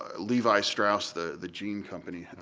ah levi strause, the the jean company,